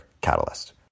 Catalyst